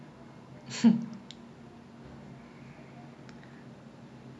!wah! nice nice nice nice nice then அதுல வந்து:athula vanthu I noticed this app lah garage band